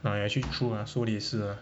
uh ya actually true ah 说的也是 uh